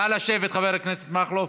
נא לשבת, חבר הכנסת מכלוף.